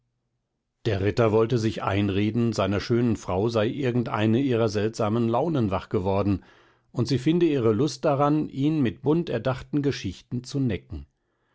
der ritter wollte sich einreden seiner schönen frau sei irgendeine ihrer seltsamen launen wach geworden und sie finde ihre lust daran ihn mit bunt erdachten geschichten zu necken